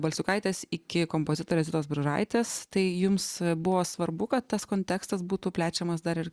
balsiukaitės iki kompozitorės zitos bružaitės tai jums buvo svarbu kad tas kontekstas būtų plečiamas dar ir